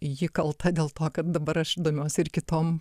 ji kalta dėl to kad dabar aš domiuosi ir kitom